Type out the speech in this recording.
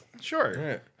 Sure